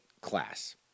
class